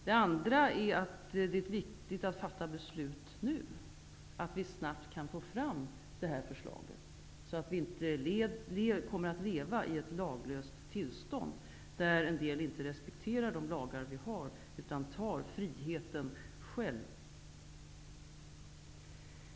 Det är också viktigt att fatta beslut nu, så att vi snabbt kan få fram detta förslag och så att vi inte kommer att leva i ett laglöst tillstånd, där en del inte respekterar de lagar som vi har utan själva tar friheten.